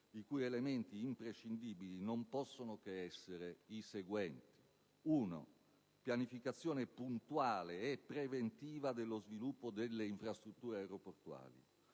i cui elementi imprescindibili non possono che essere i seguenti: pianificazione puntuale e preventiva dello sviluppo delle infrastrutture aeroportuali;